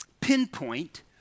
pinpoint